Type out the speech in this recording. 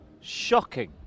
shocking